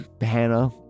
Hannah